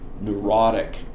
neurotic